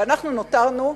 ואנחנו נותרנו,